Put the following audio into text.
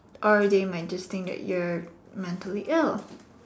or they might just think that you are mentally ill